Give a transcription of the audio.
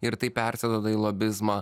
ir tai persiduoda į lobizmą